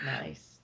Nice